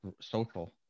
social